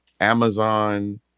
Amazon